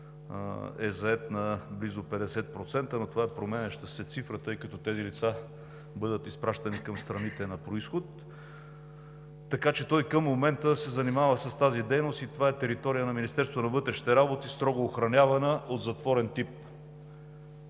е зает близо на 50%, но това е променяща се цифра, тъй като тези лица ще бъдат изпращани към страните по произход. Към момента той се занимава с тази дейност и това е територия на Министерството на вътрешните работи, строго охраняване от затворен тип.